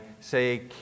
say